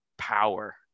power